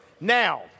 Now